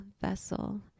vessel